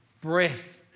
breath